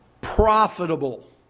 profitable